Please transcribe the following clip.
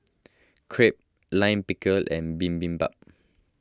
Crepe Lime Pickle and Bibimbap